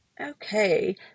Okay